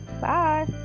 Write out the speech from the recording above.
Bye